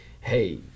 hey